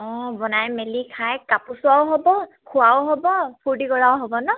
অঁ বনাই মেলি খাই কাপোৰ চোৱাও হ'ব খোৱাও হ'ব ফূৰ্তি কৰাও হ'ব নহ্